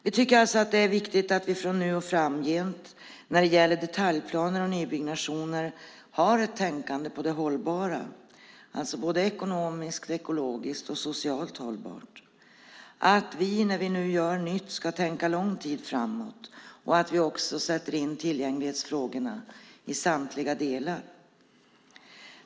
Vi tycker alltså att det är viktigt att vi från nu och framåt har ett tänkande på det hållbara när det gäller detaljplaner och nybyggnationer, alltså att de ska vara ekonomiskt, ekologiskt och socialt hållbara. När vi gör nytt ska vi tänka lång tid framåt, och vi ska också sätta in tillgänglighetsfrågorna i samtliga delar.